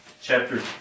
Chapter